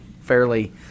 fairly